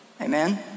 Amen